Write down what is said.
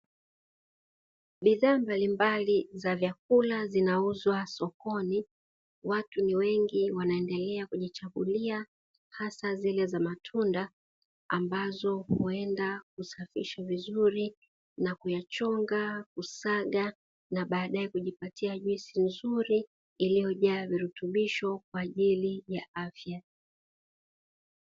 Bidhaa mbalimbali za vyakula zinauzwa sokoni, watu ni wengi wanaendelea kujichagulia hasa zile za matunda ambazo huenda kusafisha vizuri na kuyachonga, kusaga na baadaye kujipatia juisi nzuri iliyojaa virutubisho kwa ajili ya afya.